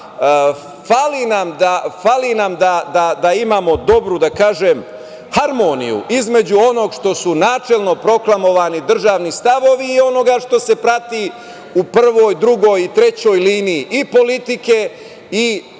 fali nam da imamo dobru harmoniju između onog što su načelno proklamovani državni stavovi i onoga što se prati u prvoj, drugoj i trećoj liniji i politike i ostalih